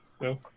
No